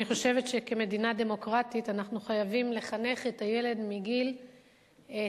אני חושבת שכמדינה דמוקרטית אנחנו חייבים לחנך את הילד מגיל צעיר,